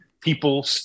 people